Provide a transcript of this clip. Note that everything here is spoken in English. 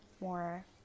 more